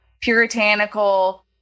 puritanical